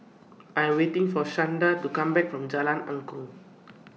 I Am waiting For Shanda to Come Back from Jalan Angklong